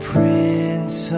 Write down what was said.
Prince